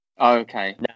Okay